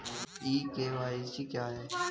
ई KYC क्या है?